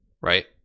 right